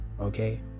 Okay